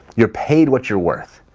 you're paid what you're worth.